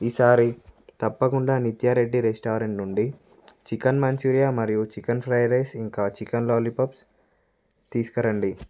ఈసారి తప్పకుండా నిత్యారెడ్డి రెస్టారెంట్ నుండి చికెన్ మంచూరియా మరియు చికెన్ ఫ్రైడ్ రైస్ ఇంకా చికెన్ లోలీపప్స్ తీసుకురండి